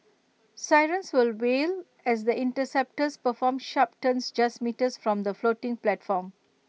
sirens will wail as the interceptors perform sharp turns just metres from the floating platform